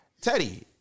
teddy